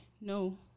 no